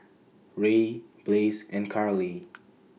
Rae Blaze and Karley